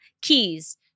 keys